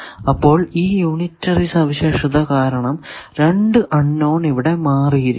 അപ്പോൾ ഈ യൂണിറ്ററി സവിശേഷത കാരണം രണ്ടു അൺ നോൺ ഇവിടെ മാറിയിരിക്കുന്നു